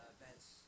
events